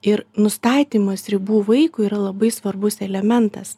ir nustatymas ribų vaikui yra labai svarbus elementas